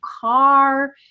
car